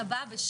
הישיבה נעולה.